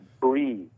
breathe